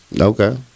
Okay